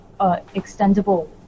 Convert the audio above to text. extendable